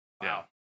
Wow